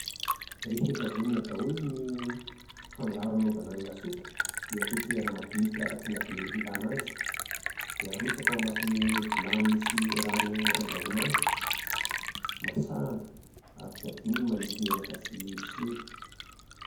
Rehefa vonona daholo ny fangaro hanaovana ny lasopy dia tetehana madinika araka ny habe ilana azy. Dia arotsaka ao anatin'ny vilany misy rano andrahoana azy. Masahana ary tsy adino ny manisy menaka sy sira.